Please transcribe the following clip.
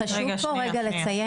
חשוב פה רגע לציין,